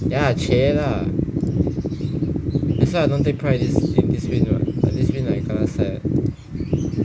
ya lah !chey! lah that's why I don't take point in this in this win [what] this win like kanasai right